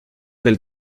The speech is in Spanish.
del